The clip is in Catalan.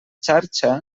xarxa